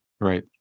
right